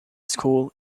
school